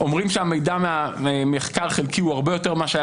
אומרים שהמידע מהמחקר החלקי הוא הרבה מאשר היה